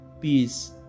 peace